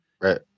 right